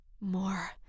More